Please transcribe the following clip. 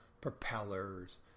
propellers